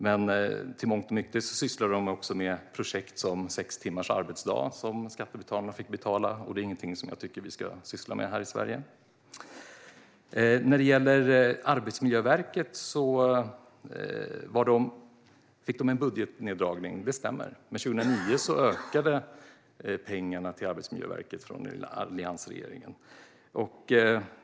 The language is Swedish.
Men i mångt och mycket sysslade de också med projekt som sex timmars arbetsdag, som skattebetalarna fick betala. Det är inte någonting som jag tycker att vi ska syssla med här i Sverige. Det stämmer att Arbetsmiljöverket fick en neddragning av sin budget. Men 2009 ökade pengarna från alliansregeringen till Arbetsmiljöverket.